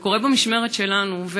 זה קורה במשמרת שלנו.